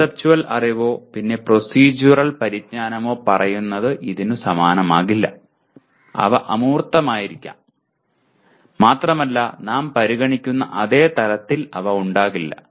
conceptual അറിവോ പിന്നെ procedural പരിജ്ഞാനമോ പറയുന്നത് ഇതിനു സമാനമാകില്ല അവ അമൂർത്തമായിരിക്കാം മാത്രമല്ല നാം പരിഗണിക്കുന്ന അതേ തലത്തിൽ അവ ഉണ്ടാകില്ല